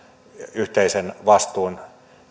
yhteisen vastuun